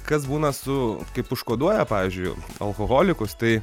kas būna su kaip užkoduoja pavyzdžiui alkoholikus tai